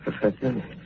Professor